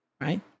right